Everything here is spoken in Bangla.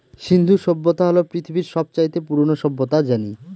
সিন্ধু সভ্যতা হল পৃথিবীর সব চাইতে পুরোনো সভ্যতা জানি